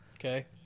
Okay